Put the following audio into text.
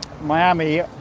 Miami